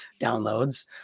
downloads